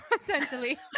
essentially